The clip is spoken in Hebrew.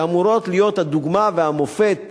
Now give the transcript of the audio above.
שאמורות להיות הדוגמה והמופת